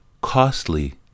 costly